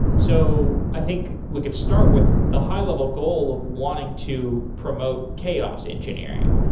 so i think we could start with the high-level goal of wanting to promote chaos engineering.